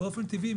באופן טבעי,